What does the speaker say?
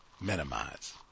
minimize